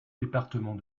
département